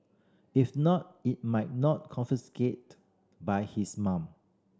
if not it might not confiscated by his mum